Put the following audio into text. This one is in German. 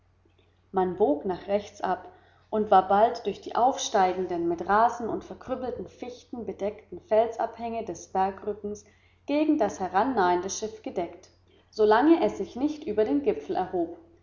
man bog nach rechts ab und war bald durch die aufsteigenden mit rasen und verkrüppelten fichten bedeckten felsabhänge des bergrückens gegen das herannahende schiff gedeckt so lange es sich nicht über den gipfel erhob